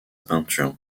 peinture